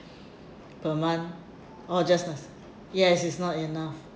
per month oh just ask yes it's not enough